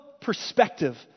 perspective